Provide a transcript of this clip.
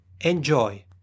Enjoy